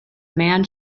man